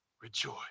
rejoice